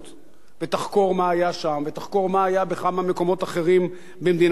ותחקור מה היה בכמה מקומות אחרים במדינת ישראל שבהם נכתבו כתובות כאלה,